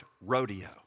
rodeo